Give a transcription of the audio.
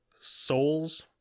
souls